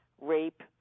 rape